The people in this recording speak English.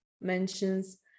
mentions